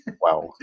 Wow